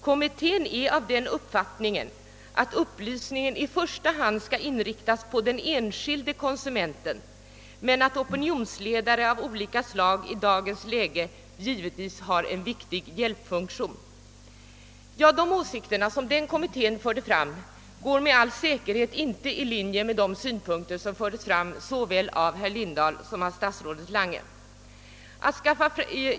Kommittén är av den uppfattningen att upplysningen i första hand skall inriktas på den enskilde konsumenten, men att opinionsledare av olika slag i dagens läge givetvis har en viktig hjälpfunktion.» De åsikter som den kommittén förde fram ligger med all säkerhet inte i linje med de synpunkter som fördes fram såväl av herr Lindahl som av statsrådet Lange.